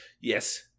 Yes